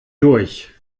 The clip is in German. durch